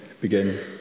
begin